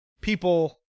people